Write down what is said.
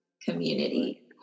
community